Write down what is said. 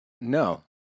No